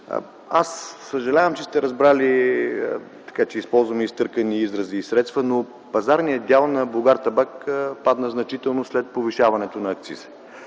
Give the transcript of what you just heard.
Съжалявам, че сте разбрали, че използвам изтъркани изрази и средства, но пазарният дял на „Булгартабак” падна значително след повишаването на акциза.